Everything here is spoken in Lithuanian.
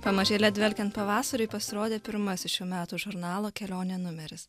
pamažėle dvelkiant pavasariui pasirodė pirmasis šių metų žurnalo kelionė numeris